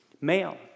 Male